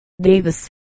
Davis